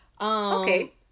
Okay